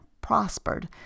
prospered